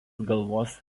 galvos